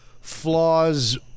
flaws